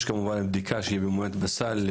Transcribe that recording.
יש כמובן בדיקה שהיא באמת בסל,